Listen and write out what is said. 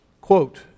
Quote